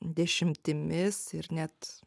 dešimtimis ir net